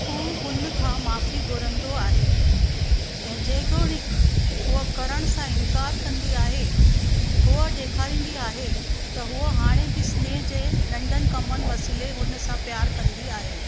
उहो हुनखां माफ़ी घुरंदो आहे ऐं जेतोणीकि उहा करण सां इनकार कंदी आहे हूअ डे॒खारींदी आहे त उहा हाणे बि स्नेह जे नंढनि कमनि वसीले हुनसां प्यारु कंदी आहे